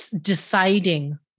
deciding